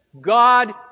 God